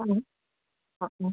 അതെ ആണോ